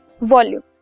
volume